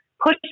push